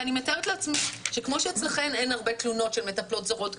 אני מתארת לעצמי שכמו שאצלכן אין הרבה תלונות של מטפלות זרות,